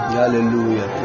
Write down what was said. hallelujah